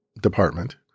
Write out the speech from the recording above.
department